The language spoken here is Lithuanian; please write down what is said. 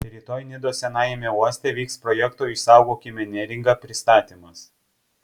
rytoj nidos senajame uoste vyks projekto išsaugokime neringą pristatymas